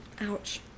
ouch